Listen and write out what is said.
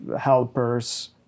helpers